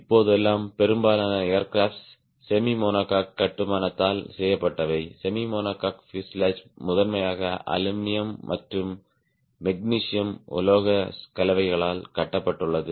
இப்போதெல்லாம் பெரும்பாலான ஏர்கிராப்ட் செமிமோனோகோக்கட்டுமானத்தால் செய்யப்பட்டவைசெமிமோனோகோக் பியூசேலாஜ் முதன்மையாக அலுமினியம் |aluminium மற்றும் மெக்னீசியத்தின் உலோகக் கலவைகளால் கட்டப்பட்டுள்ளது